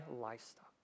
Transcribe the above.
livestock